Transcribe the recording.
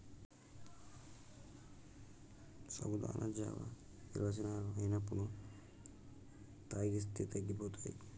సాబుదానా జావా విరోచనాలు అయినప్పుడు తాగిస్తే తగ్గిపోతాయి